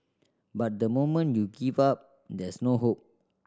but the moment you give up there's no hope